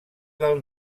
del